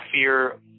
fear